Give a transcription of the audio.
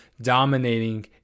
dominating